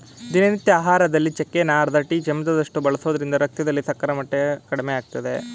ದಿನನಿತ್ಯ ಆಹಾರದಲ್ಲಿ ಚಕ್ಕೆನ ಅರ್ಧ ಟೀ ಚಮಚದಷ್ಟು ಬಳಸೋದ್ರಿಂದ ರಕ್ತದಲ್ಲಿ ಸಕ್ಕರೆ ಮಟ್ಟ ಕಡಿಮೆಮಾಡ್ತದೆ